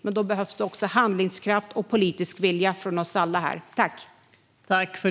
Men då behövs handlingskraft och politisk vilja från oss alla här.